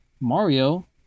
Mario